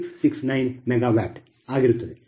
669 MW megawatt ಆಗಿರುತ್ತದೆ